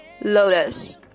lotus